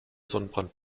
sonnenbrand